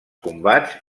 combats